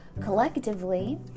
collectively